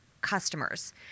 customers